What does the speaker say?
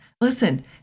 Listen